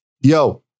Yo